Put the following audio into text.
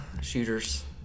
shooters